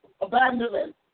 abandonment